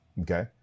okay